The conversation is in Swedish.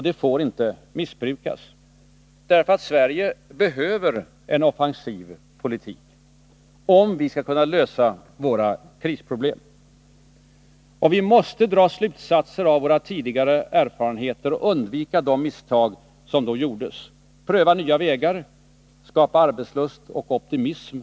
Det får inte missbrukas, därför att Sverige behöver en offensiv politik, om vi skall kunna lösa våra krisproblem. Vi måste dra slutsatser av tidigare erfarenheter och undvika gjorda misstag, pröva nya vägar, skapa arbetslust och optimism.